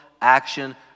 action